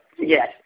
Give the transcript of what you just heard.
yes